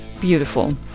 beautiful